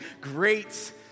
great